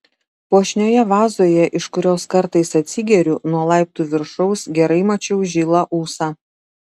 puošnioje vazoje iš kurios kartais atsigeriu nuo laiptų viršaus gerai mačiau žilą ūsą